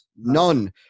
None